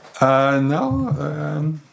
No